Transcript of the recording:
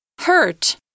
Hurt